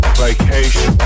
vacation